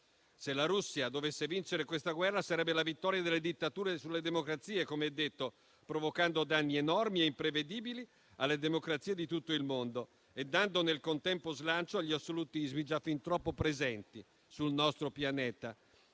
Se la Russia dovesse vincere questa guerra, sarebbe la vittoria delle dittature sulle democrazie, come detto, provocando danni enormi e imprevedibili alle democrazie di tutto il mondo e dando nel contempo slancio agli assolutismi già fin troppo presenti sul nostro pianeta.